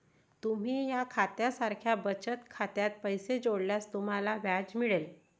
तुम्ही या खात्या सारख्या बचत खात्यात पैसे जोडल्यास तुम्हाला व्याज मिळेल